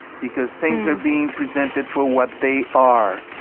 because things are being presented for what they are.